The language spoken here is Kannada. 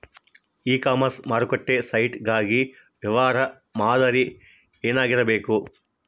ಇ ಕಾಮರ್ಸ್ ಮಾರುಕಟ್ಟೆ ಸೈಟ್ ಗಾಗಿ ವ್ಯವಹಾರ ಮಾದರಿ ಏನಾಗಿರಬೇಕು?